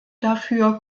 dafür